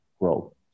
grow